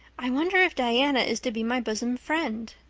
i wonder if diana is to be my bosom friend.